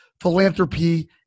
philanthropy